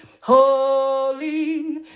holy